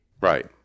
right